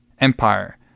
empire